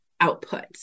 output